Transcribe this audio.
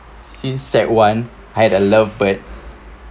since sec~ one had a love bird